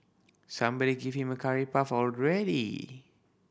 somebody give him a curry puff already